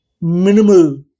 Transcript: minimal